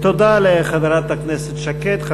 תודה לחברת הכנסת שקד.